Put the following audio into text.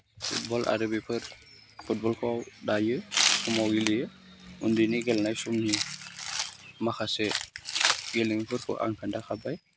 football आरो बेफोर फुटबलखौ दायो समाव गेलेयो उन्दैनि गेलेनाय समनि माखासे गेलेमुफोरखौ आं खिन्थाखाबाय